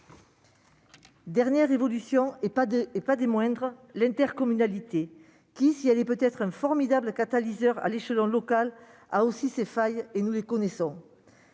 Dernière évolution, et non des moindres, l'intercommunalité, qui, si elle peut être un formidable catalyseur à l'échelon local, a aussi ses failles-nous les connaissons.